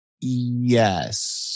Yes